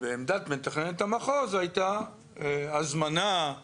ועמדת מתכננת המחוז הייתה הזמנה,